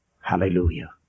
hallelujah